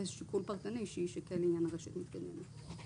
זה שיקול פרטני שיישקל לעניין הרשת המתקדמת.